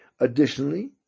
Additionally